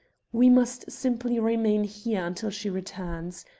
we must simply remain here until she returns.